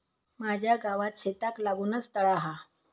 माझ्या गावात शेताक लागूनच तळा हा